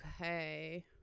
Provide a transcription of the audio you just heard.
Okay